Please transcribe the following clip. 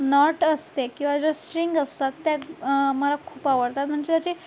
not असते किंवा जे स्ट्रिंग असतात त्यात मला खूप आवडतात म्हणजे जे